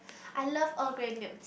I love Earl Grey milk